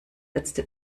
letzte